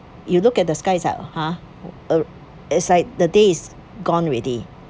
you look at the sky is like !huh! uh as like the day is gone already